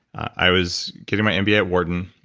i was getting my mba at wharton.